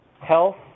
health